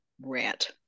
rant